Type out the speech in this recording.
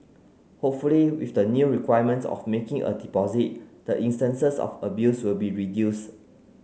hopefully with the new requirement of making a deposit the instances of abuse will be reduced